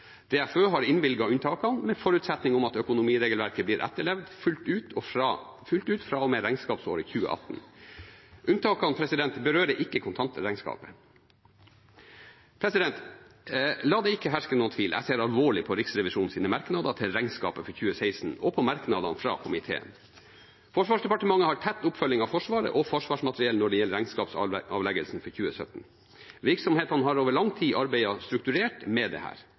DFØ har innvilget unntakene med forutsetning om at økonomiregelverket blir etterlevd fullt ut fra og med regnskapsåret 2018. Unntakene berører ikke kontantregnskapet. La det ikke herske noen tvil om at jeg ser alvorlig på Riksrevisjonens merknader til regnskapet for 2016 og på merknadene fra komiteen. Forsvarsdepartementet har tett oppfølging av Forsvaret og Forsvarsmateriell når det gjelder regnskapsavleggelsen for 2017. Virksomhetene har over lang tid arbeidet strukturert med